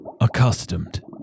accustomed